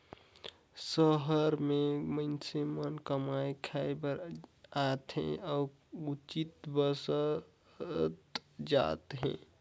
सहर में मईनसे मन कमाए खाये बर आथे अउ उहींच बसत जात हें